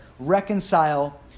reconcile